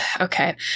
Okay